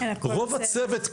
רוב הצוות,